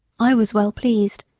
i was well pleased,